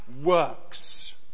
works